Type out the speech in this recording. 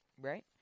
right